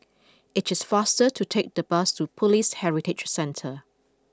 it is faster to take the bus to Police Heritage Centre